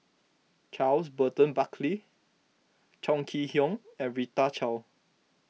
Charles Burton Buckley Chong Kee Hiong and Rita Chao